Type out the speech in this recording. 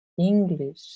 English